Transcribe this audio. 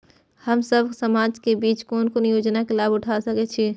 हम सब समाज के बीच कोन कोन योजना के लाभ उठा सके छी?